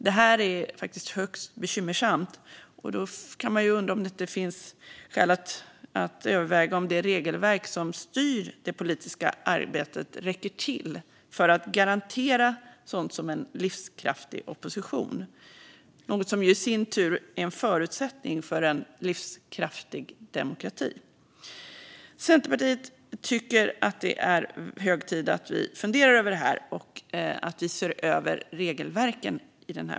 Det är högst bekymmersamt, och man kan undra om det inte finns skäl att överväga om det regelverk som styr det politiska arbetet räcker till för att garantera sådant som en livskraftig opposition, något som ju i sin tur är en förutsättning för en livskraftig demokrati. Vi i Centerpartiet tycker att det är hög tid att fundera över detta och se över regelverken.